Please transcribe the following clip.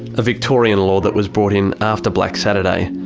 a victorian law that was brought in after black saturday.